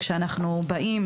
כשאנחנו באים,